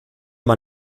man